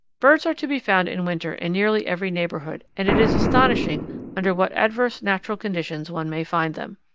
birds are to be found in winter in nearly every neighbourhood, and it is astonishing under what adverse natural conditions one may find them.